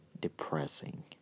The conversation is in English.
depressing